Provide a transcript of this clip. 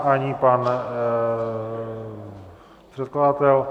Ani pan předkladatel.